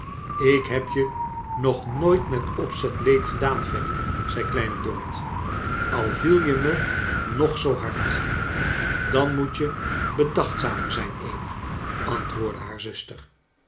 ik heb je nog nooit met opzet leed gedaan fanny zei kleine dorrit al viel je me nog zoo hard dan moet je bedachtzamer zijn amy antwoordde haar zuster